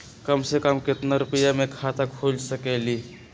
कम से कम केतना रुपया में खाता खुल सकेली?